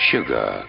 Sugar